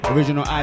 Original